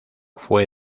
fue